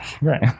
right